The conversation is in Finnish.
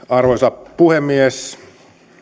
arvoisa puhemies